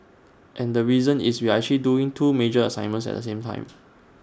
and the reason is we are actually doing two major assignments at the same time